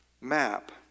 map